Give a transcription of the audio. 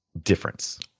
difference